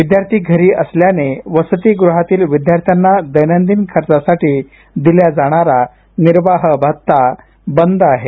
विद्यार्थी घरी असल्याने वसतिगृहातील विद्यार्थ्यांना दैनंदिनखर्चासाठी दिल्या जाणारा निर्वाहभत्ता बंद आहे